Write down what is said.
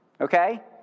okay